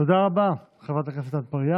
תודה רבה, חברת הכנסת אטבריאן.